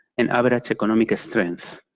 and average economic strength.